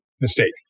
mistake